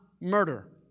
murder